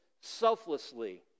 selflessly